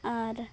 ᱟᱨ